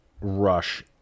rush